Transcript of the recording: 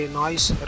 noise